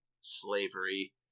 slavery